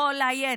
לכל היתר.